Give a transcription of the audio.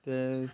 ते